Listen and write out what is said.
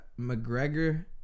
McGregor